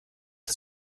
das